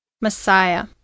messiah